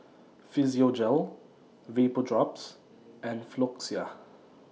Physiogel Vapodrops and Floxia